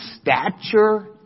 stature